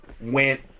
went